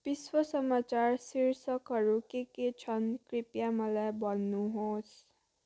विश्व समाचार शीर्षकहरू के के छन् कृपया मलाई भन्नु होस्